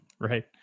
Right